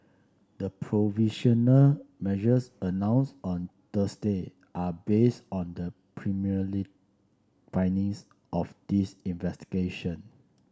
the provisional measures announced on Thursday are based on the preliminary findings of this investigation